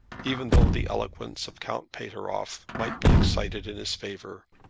even though the eloquence of count pateroff might be excited in his favour.